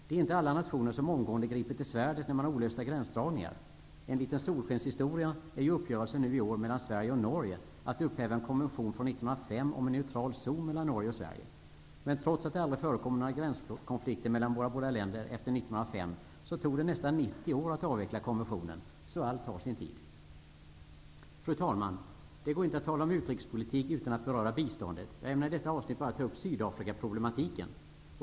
Det är inte alla nationer som omgående griper till svärdet vid olösta gränsdragningar. En liten solskenshistoria är uppgörelsen i år mellan Sverige och Norge om att upphäva en konvention från 1905 om en neutral zon mellan Norge och Sverige. Trots att det aldrig förekommit några gränskonflikter mellan våra båda länder efter 1905 tog det nästan 90 år att avveckla konventionen. Allting tar sin tid. Fru talman! Det går inte att tala om utrikespolitik utan att beröra biståndet. Jag ämnar i detta avsnitt bara ta upp Sydafrikaproblematiken.